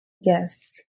Yes